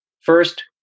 First